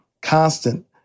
constant